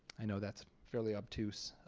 i know that's fairly obtuse.